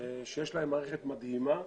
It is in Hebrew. יש להם מערכת מדהימה.